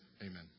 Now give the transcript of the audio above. Amen